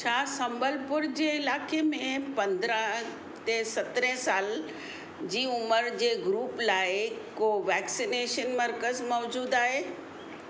छा सम्बलपुर जे इलाइक़े में पंदरहं ते सतरहें साल जी उमिरि जे ग्रुप लाइ को वैक्सिनेशन मर्कज़ु मौजूदु आहे